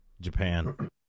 Japan